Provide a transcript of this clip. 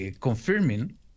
confirming